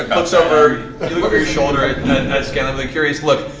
ah but looks over. you look over your shoulder at at scanlan with a curious look.